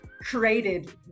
created